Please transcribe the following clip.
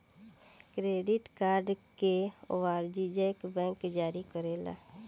credit card के वाणिजयक bank जारी करेला